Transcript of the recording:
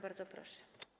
Bardzo proszę.